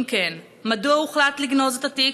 2. אם כן, מדוע הוחלט לגנוז את התיק?